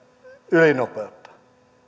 ylinopeutta